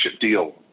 deal